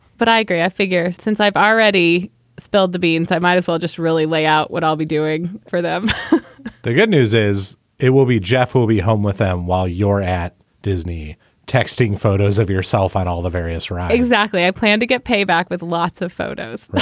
but i agree. i figure since i've already spilled the beans, i might as well just really lay out what i'll be doing for them the good news is it will be jeff will be home with them while you're at disney texting photos of yourself and all the various, right, exactly, i plan to get payback with lots of photos but